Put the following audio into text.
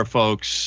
folks